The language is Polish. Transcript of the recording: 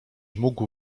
mógł